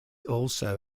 also